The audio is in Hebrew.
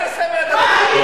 על מה?